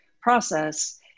process